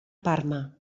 parma